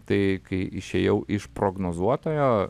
tai kai išėjau iš prognozuotojo